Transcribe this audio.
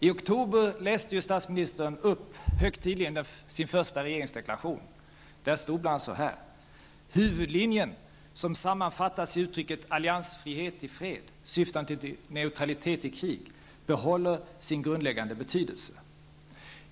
I oktober läste statsministern högtidligen upp sin första regeringsdeklaration. Där stod bl.a.: ''huvudlinjen, som sammanfattas i uttrycket 'alliansfrihet i fred syftande till neutralitet i krig', bibehåller sin grundläggande betydelse''.